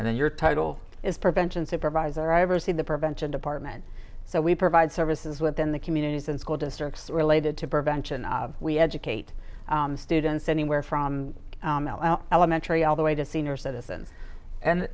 and then your title is prevention supervisor i oversee the prevention department so we provide services within the communities and school districts related to prevention we educate students anywhere from elementary all the way to senior citizens and